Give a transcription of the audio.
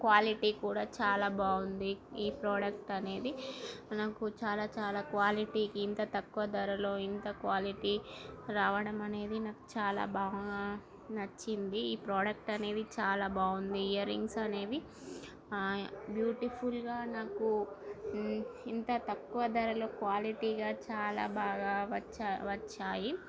quality కూడా చాలా బాగుంది ఈ ప్రోడక్ట్ అనేది నాకు చాలా చాలా క్వాలిటీకి ఇంత తక్కువ ధరలో ఇంత క్వాలిటీ రావడం అనేది నాకు చాలా బాగా నచ్చింది ఈ ప్రోడక్ట్ అనేది చాలా బాగుంది ఇయర్ రింగ్స్ అనేవి బ్యూటిఫుల్గా నాకు ఇంత తక్కువ ధరలో క్వాలిటీగా చాలా బాగా వచ్చా వచ్చాయి